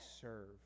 serve